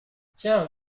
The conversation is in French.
tiens